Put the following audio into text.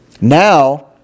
now